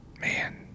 Man